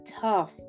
tough